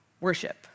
Worship